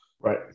Right